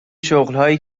شغلهایی